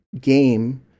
game